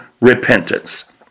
repentance